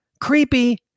Creepy